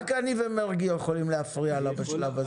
רק אני ומרגי יכולים להפריע לה בשלב הזה.